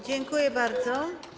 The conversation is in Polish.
Dziękuję bardzo.